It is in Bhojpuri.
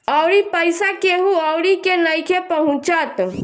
अउरी पईसा केहु अउरी के नइखे पहुचत